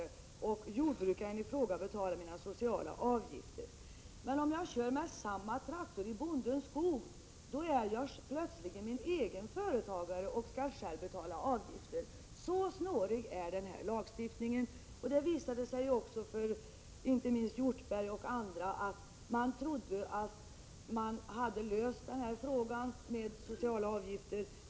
Då betalar jordbrukaren i fråga mina sociala avgifter! Men om jag kör med samma traktor i bondens skog, är jag plötsligen min egen företagare och skall själv betala avgifter. Så snårig är denna lagstiftning. Det visade sig också för inte minst Hjortberg och andra att man trodde sig ha löst frågan om sociala avgifter.